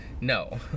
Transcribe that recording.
no